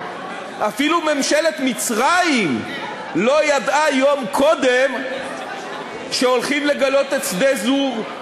אפילו ממשלת מצרים לא ידעה יום קודם שהולכים לגלות את שדה Zohr.